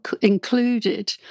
included